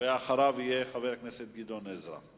ואחריו יהיה חבר הכנסת גדעון עזרא.